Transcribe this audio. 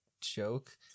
joke